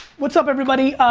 what's up, everybody?